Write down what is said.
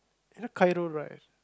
you know Khairul right